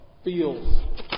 Feels